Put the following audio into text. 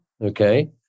okay